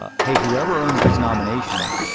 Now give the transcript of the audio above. ah hey, whoever earns this nomination.